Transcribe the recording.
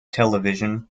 television